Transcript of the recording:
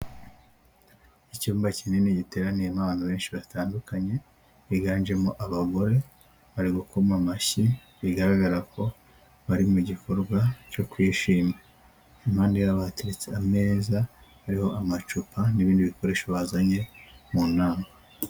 Icyumba kinini giteraniyemo abantu benshi batandukanye, biganjemo abagore bari gukoma amashyi bigaragara ko bari mu gikorwa cyo kwishima, impande yabo hateretse ameza ariho amacupa n'ibindi bikoresho bazanye mu nama.